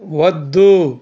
వద్దు